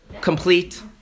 complete